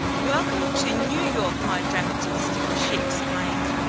welcome to new york, my dramatist! she exclaimed.